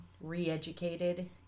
re-educated